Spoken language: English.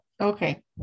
Okay